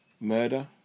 murder